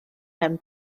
mewn